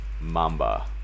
Mamba